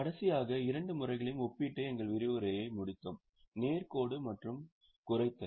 கடைசியாக இரண்டு முறைகளையும் ஒப்பிட்டு எங்கள் விரிவுரையை முடித்தோம் நேர் கோடு மற்றும் குறைத்தல்